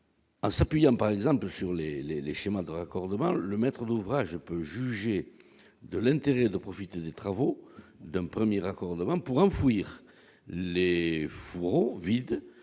Ah, s'appuyant par exemple sur les, les, les schémas de raccordement, le maître d'ouvrage peut juger de l'intérêt de profiter des travaux d'un 1er raccordement pour enfouir les Z'fourreaux vide